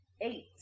Eight